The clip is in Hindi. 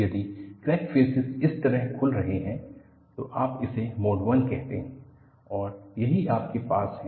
यदि क्रैक फ़ेसिस इस तरह खुल रहे है तो आप इसे मोड 1 कहते हैं और यही आपके पास है